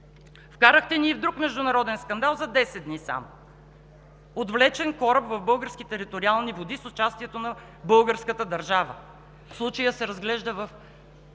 Вкарахте ни и в друг международен скандал само за десет дни – отвлечен кораб в българските териториални води с участието на българската държава. Случаят се разглежда в